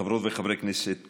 חברות וחברי כנסת נכבדים,